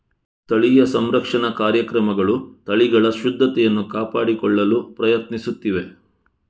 ಸ್ಥಳೀಯ ಸಂರಕ್ಷಣಾ ಕಾರ್ಯಕ್ರಮಗಳು ತಳಿಗಳ ಶುದ್ಧತೆಯನ್ನು ಕಾಪಾಡಿಕೊಳ್ಳಲು ಪ್ರಯತ್ನಿಸುತ್ತಿವೆ